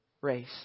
race